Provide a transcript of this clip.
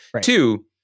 Two